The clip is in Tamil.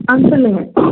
ஆ சொல்லுங்கள்